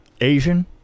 Asian